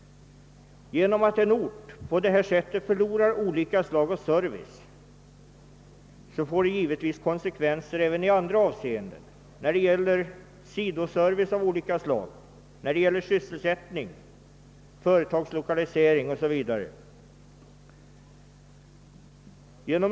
Att en ort på detta sätt förlorar olika slag av service får givetvis konsekvenser också i andra avseenden när det gäller sidoservice av olika slag, när det gäller sysselsättningen, företags 1okalisering o.s.v.